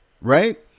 right